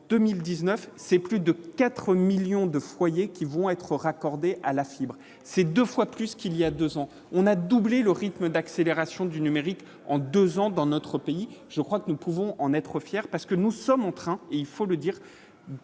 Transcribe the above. en 2019, c'est plus de 4 millions de foyers qui vont être raccordés à la fibre, c'est 2 fois plus qu'il y a 2 ans, on a doublé le rythme d'accélération du numérique en 2 ans dans notre pays, je crois que nous pouvons en être fiers parce que nous sommes en train et il faut le dire,